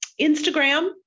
Instagram